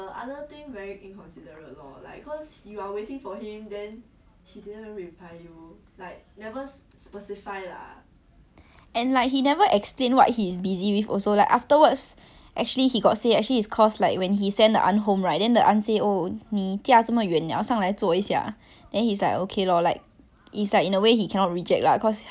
and like he never explain what he is busy with also like afterwards actually he got say actually it's cause like when he sent the aunt home right then the aunt say oh 你驾这么远了上来坐一下 then he's like okay lor like it's like in a way he cannot reject lah cause he invited err she invited him up then the thing is he never tell me any of these he just tell me the ending only which is that uh I'll come later